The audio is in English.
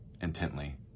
intently